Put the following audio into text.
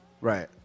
Right